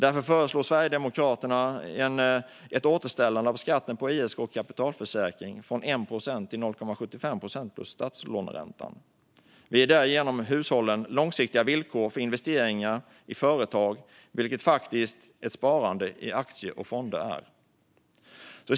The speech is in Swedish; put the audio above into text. Därför föreslår Sverigedemokraterna ett återställande av skatten på ISK och kapitalförsäkring från 1 procent till 0,75 procent plus statslåneräntan. Vi ger därigenom hushållen långsiktiga villkor för investeringar i företag, vilket sparande i aktier och fonder faktiskt är.